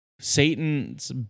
Satan's